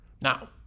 now